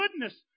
goodness